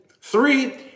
three